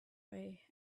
way